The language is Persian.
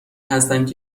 هستند